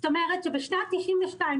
כלומר בשנת 92',